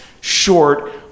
short